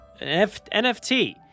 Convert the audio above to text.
NFT